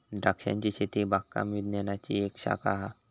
द्रांक्षांची शेती बागकाम विज्ञानाची एक शाखा हा